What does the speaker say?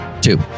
two